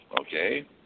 okay